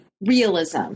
realism